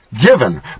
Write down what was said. given